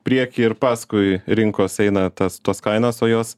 prieky ir paskui rinkos eina tas tos kainos o jos